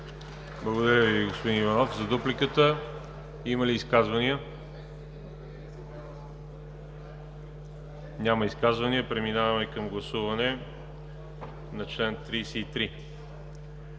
Благодаря Ви, господин Иванов. За дупликата има ли изказвания? Няма. Преминаваме към гласуване на чл. 33.